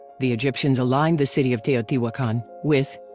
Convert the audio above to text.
the egyptians aligned the city of teotihuacan. with,